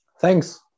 Thanks